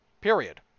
Period